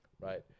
Right